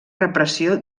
repressió